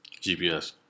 GPS